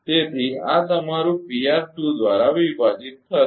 તેથી આ તમારું દ્વારા વિભાજિત થશે